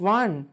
one